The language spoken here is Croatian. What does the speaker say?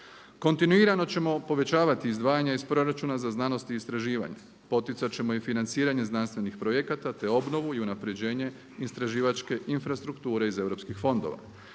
Kontinuirano ćemo povećavati izdvajanja iz proračuna za znanost i istraživanje. Poticat ćemo i financiranje znanstvenih projekata te obnovu i unapređenje istraživačke infrastrukture iz europskih fondova.